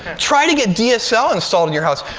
try to get dsl installed in your house.